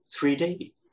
3D